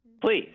Please